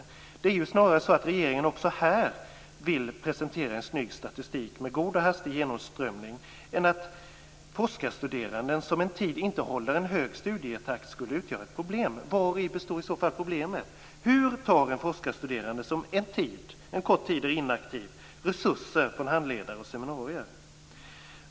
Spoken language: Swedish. Också här är det så att regeringen vill kunna presentera en snygg statistik, med god och hastig genomströmning, snarare än att forskarstuderande som en tid inte håller en hög studietakt skulle utgöra ett problem. Vari består i så fall problemet? Hur tar en forskarstuderande som en kort tid är inaktiv resurser från handledare och seminarier?